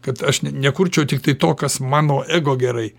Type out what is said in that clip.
kad aš n nekurčiau tiktai to kas mano ego gerai